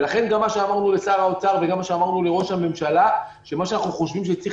לכן אמרנו לשר האוצר ולראש הממשלה שמה שאנחנו חושבים שצריך